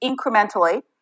incrementally